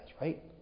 right